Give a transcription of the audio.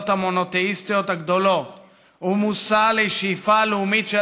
המונותאיסטיות הגדולות ומושא לשאיפה לאומית של